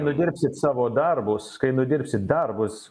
nudirbsit savo darbus kai nudirbsit darbus